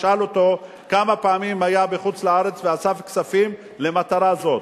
שאל אותו כמה פעמים הוא היה בחוץ-לארץ ואסף כספים למטרה זאת.